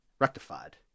rectified